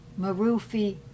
Marufi